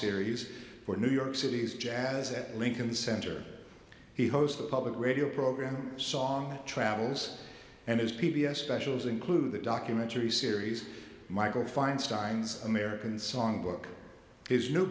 series for new york city's jazz at lincoln center he hosts the public radio program song travels and his p b s specials include the documentary series michael feinstein's american songbook his new